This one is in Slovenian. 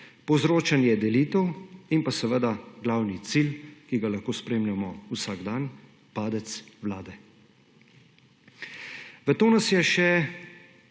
povzročanje delitev in seveda glavni cilj, ki ga lahko spremljamo vsak dan – padec vlade. V to nas je še